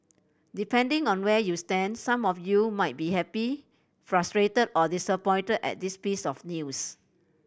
depending on where you stand some of you might be happy frustrated or disappointed at this piece of news